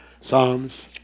Psalms